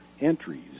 entries